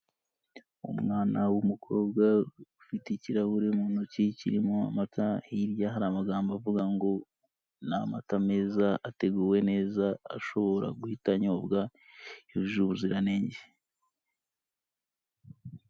Umwana w'umukobwa ufite ikirahure mu ntoki kirimo amata hirya hari amagambo avuga ngo ni amata meza ateguwe neza ashobora guhita anyobwa yujuje ubuziranenge.